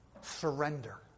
Surrender